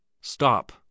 Stop